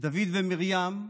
דוד ומרים,